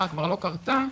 לא קרתה,